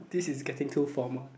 this is getting too formal